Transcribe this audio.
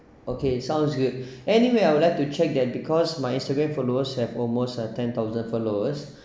okay sounds good anyway I would like to check that because my Instagram followers have almost ten thousand followers